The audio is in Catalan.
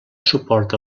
suport